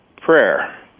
prayer